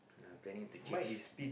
I planning to change